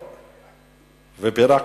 פירקנו.